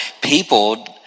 people